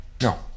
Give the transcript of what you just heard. No